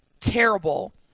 terrible